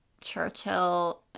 Churchill